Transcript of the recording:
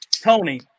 Tony